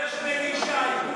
מותר